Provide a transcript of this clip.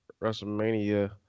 WrestleMania